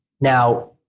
Now